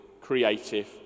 creative